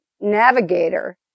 navigator